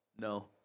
No